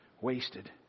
wasted